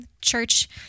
church